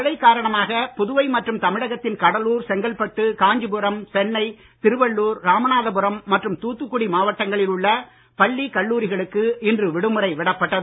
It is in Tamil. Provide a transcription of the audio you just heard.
மழை காரணமாக புதுவை மற்றும் தமிழகத்தின் கடலூர் செங்கல்பட்டு காஞ்சிபுரம் சென்னை திருவள்ளுர் ராமநாதபுரம் மற்றும் தூத்துக்குடி மாவட்டங்களில் உள்ள பள்ளி கல்லூகளுக்கு இன்று விடுமுறை விடப்பட்டது